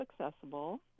accessible